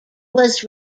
was